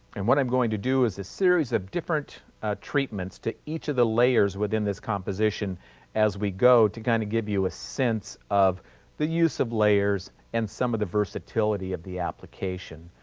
and what i'm going to do is a series of different treatments to each of the layers within this composition as we go, to kind of give you a sense of the use of layers and some of the versatility of the application.